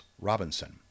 Robinson